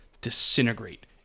disintegrate